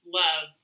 love